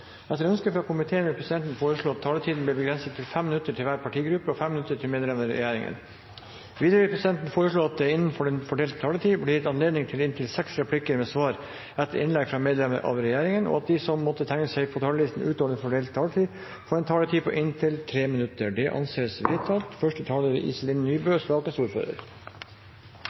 Etter ønske fra energi- og miljøkomiteen vil presidenten foreslå at taletiden begrenses til 5 minutter til hver partigruppe og 5 minutter til medlemmer av regjeringen. Presidenten vil videre foreslå at det innenfor den fordelte taletid blir gitt anledning til inntil seks replikker med svar etter innlegg fra medlemmer av regjeringen, og at de som måtte tegne seg på talerlisten utover den fordelte taletid, får en taletid på inntil 3 minutter. – Det anses vedtatt. Første taler er representanten Tina Bru, som er sakens ordfører.